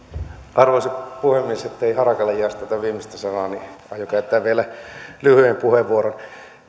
arvoisa puhemies ettei harakalle jäisi viimeistä sanaa niin aion käyttää vielä lyhyen puheenvuoron